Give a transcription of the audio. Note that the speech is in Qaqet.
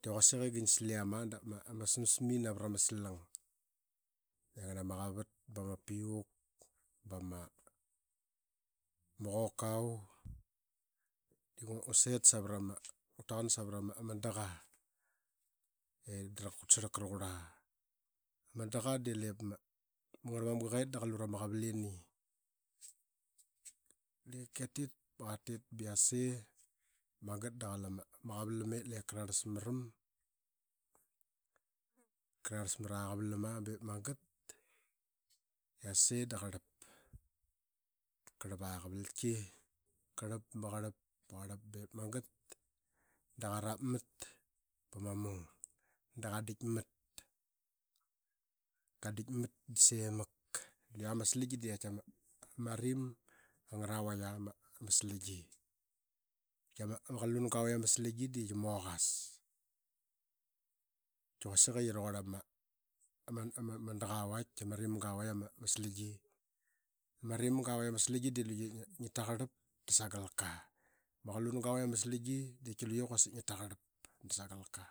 de quasik i gangsa liama davama asmas mai navra maslang. Inga ama quvat bama apiuk, bama qokau, de ngut set savra ama dan savra ama madaqa ee dara kutsarlka raqurla. Ama daqa delep ama ngarlamama qet daqalus ra ma qavalini. De katit ba qakit bia yase mangat da qalama qavalam ip lep ka rarlas maram. Kararlas ma ra qavalam aa bep manget yase da qarlap, aqavalki qarlap ba qarlap, ba qarlap bep mangat da qarat mat pama mung, da qadikmat da semak. Luya ma slangi de qatiama rim angara rak aa maslangi. Qakiama qalunga val amaslangi de yimogas. Qaki quasik ee yi raquarl ama, aman ama ranga i rim ga vai amaslangi, ama rimga vai amaslangi de luye quasik ngi taqarlap da sagalka. Manqulunu quasik ngi, ngi orl quasik taqarlap da sagalka.